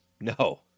No